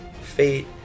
fate